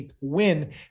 win